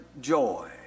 joy